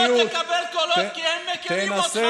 אתה לא תקבל קולות כי הם מכירים אותך,